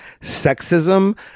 Sexism